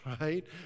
right